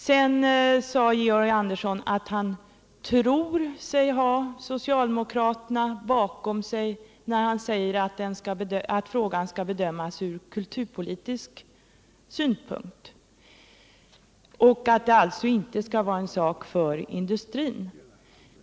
Sedan sade Georg Andersson att han tror sig ha socialdemokraterna bakom sig när han säger att frågan skall bedömas ur kulturpolitisk synpunkt och att detta alltså inte skall vara en sak för industrin.